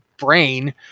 brain